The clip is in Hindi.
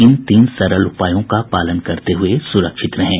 इन तीन सरल उपायों का पालन करते हुए सुरक्षित रहें